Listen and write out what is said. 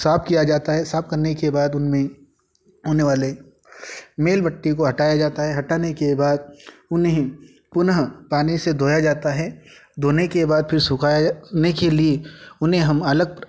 साफ किया जाता है साफ करने के बाद उनमें होने वाले मेल मट्टी को हटाया जाता हटाने के बाद उन्हें पुनः पानी से धोया जाता है धोने के बाद सुखाने के लिए उन्हें हम अलग